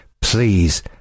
Please